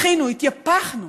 בכינו, התייפחנו.